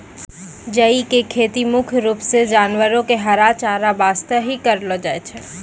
जई के खेती मुख्य रूप सॅ जानवरो के हरा चारा वास्तॅ हीं करलो जाय छै